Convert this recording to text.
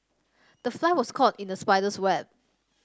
the fly was caught in the spider's web